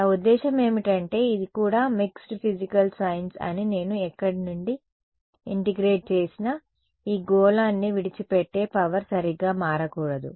నా ఉద్దేశ్యం ఏమిటంటే ఇది కూడా మిక్స్డ్ ఫిజికల్ సెన్స్ అని నేను ఎక్కడ నుండి ఇంటిగ్రేట్ చేసినా ఈ గోళాన్ని విడిచిపెట్టే పవర్ సరిగ్గా మారకూడదు